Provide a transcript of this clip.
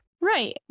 right